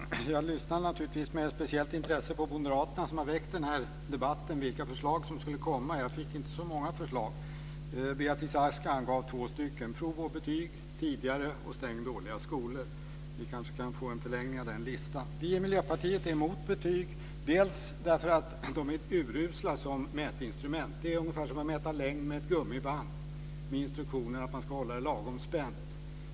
Fru talman! Jag lyssnade naturligtvis med speciellt intresse på moderaterna, som har väckt den här debatten, när de gäller vilka förslag som skulle komma. Jag fick inte så många förslag. Beatrice Ask angav två förslag: prov och betyg tidigare och att stänga dåliga skolor. Vi kanske kan få en förlängning av den listan. Vi i Miljöpartiet är mot betyg, bl.a. för att de är urusla som mätinstrument. Det är ungefär som att mäta längd med ett gummiband med instruktioner om att man ska hålla det lagom spänt.